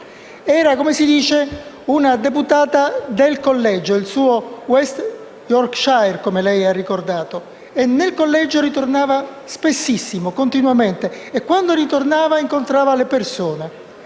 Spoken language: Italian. Era, come si dice, una deputata del collegio, il suo West Yorkshire, come lei ha ricordato, signor Presidente. Nel suo collegio tornava spessissimo, continuamente e, quando ritornava, incontrava le persone.